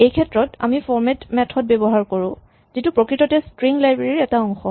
এইক্ষেত্ৰত আমি format method ব্যৱহাৰ কৰো যিটো প্ৰকৃততে স্ট্ৰিং লাইব্ৰেৰী ৰ এটা অংশ